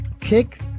kick